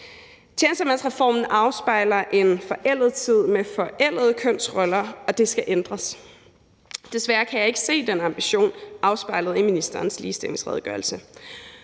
Tjenestemandsreformen afspejler en forældet tid med forældede kønsroller, og det skal ændres. Desværre kan jeg ikke se den ambition afspejlet i ministerens ligestillingsredegørelse,